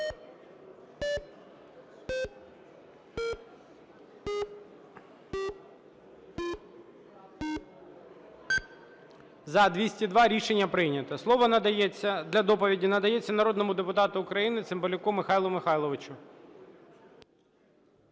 За-202 Рішення прийнято. Слово для доповіді надається народному депутату України Цимбалюку Михайлу Михайловичу.